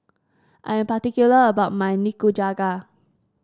I am particular about my Nikujaga